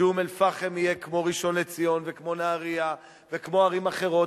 שאום-אל-פחם תהיה כמו ראשון-לציון וכמו נהרייה וכמו ערים אחרות.